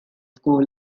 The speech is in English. school